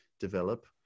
Develop